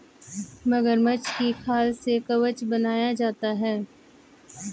मगरमच्छ की खाल से कवच बनाया जाता है